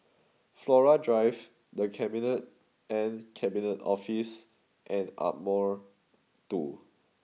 Flora Drive The Cabinet and Cabinet Office and Ardmore Two